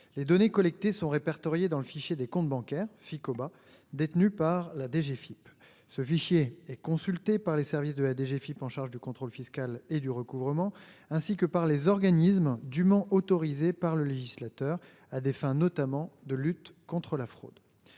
Les données collectées sont répertoriés dans le fichier des comptes bancaires Ficoba détenu par la DGFIP ce fichier et consultés par les services de la DGFIP en charge du contrôle fiscal et du recouvrement ainsi que par les organismes dûment autorisé par le législateur à des fins notamment de lutte contre la fraude.